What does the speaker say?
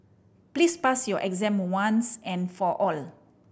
please pass your exam once and for all